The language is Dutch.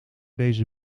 deze